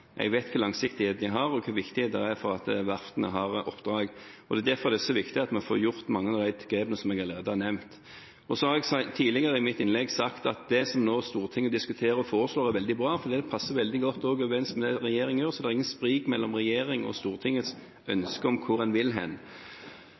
jeg vet hvilken langsiktighet de har, og hvor viktig det er at verftene har oppdrag. Det er derfor det er så viktig at vi får tatt mange av de grepene jeg allerede har nevnt. Jeg har tidligere i mitt innlegg sagt at det som Stortinget nå diskuterer og foreslår, er veldig bra, for det stemmer godt overens med det som regjeringen gjør, så det er ingen sprik mellom regjeringens og Stortingets ønske om hvor en vil.